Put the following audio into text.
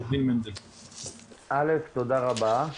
תודה רבה.